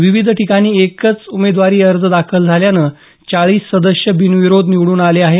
विविध ठिकाणी एकच उमेदवारी अर्ज दाखल झाल्यानं चाळीस सदस्य बिनविरोध निवडून आले आहे